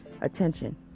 attention